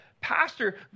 pastor